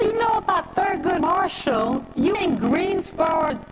know about thurgood marshall, you're in greensboro,